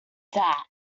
that